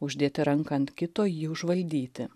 uždėti ranką ant kito jį užvaldyti